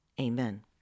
Amen